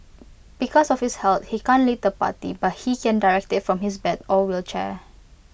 because of his health he can't lead the party but he can direct IT from his bed or wheelchair